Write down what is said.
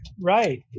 right